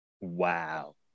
Wow